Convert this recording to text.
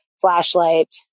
flashlight